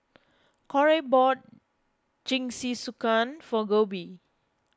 Corey bought Jingisukan for Koby